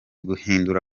guhindura